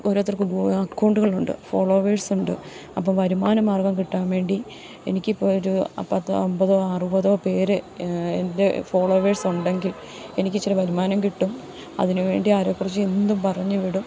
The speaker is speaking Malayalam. ഓരോരുത്തർക്കും അക്കൗണ്ടുകളുണ്ട് ഫോളോവേഴ്സ് ഉണ്ട് അപ്പം വരുമാന മാർഗ്ഗം കിട്ടാൻ വേണ്ടി എനിക്ക് ഇപ്പോൾ ഒരു പത്തോ അൻപതോ അറുപതോ പേര് എൻ്റെ ഫോളോവേഴ്സ് ഉണ്ടെങ്കിൽ എനിക്ക് ഇച്ചിരി വരുമാനം കിട്ടും അതിന് വേണ്ടി ആരെക്കുറിച്ച് എന്തും പറഞ്ഞ് വിടും